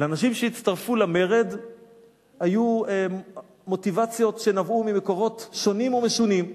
לאנשים שהצטרפו למרד היו מוטיבציות שנבעו ממקורות שונים ומשונים.